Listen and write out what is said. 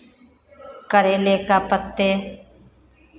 करेले का पत्ते